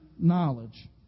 knowledge